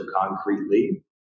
concretely